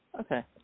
Okay